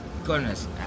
Goodness